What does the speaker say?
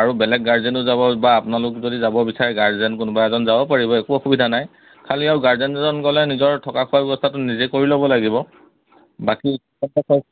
আৰু বেলেগ গাৰ্জেনো যাব বা আপোনালোক যদি যাব বিচাৰে গাৰ্জেন কোনোবা এজন যাব পাৰিব একো অসুবিধা নাই খালী আৰু গাৰ্জেনজন গ'লে নিজৰ থকা খোৱা ব্যৱস্থাটো নিজে কৰি ল'ব লাগিব বাকী